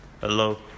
Hello